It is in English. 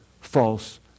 false